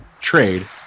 trade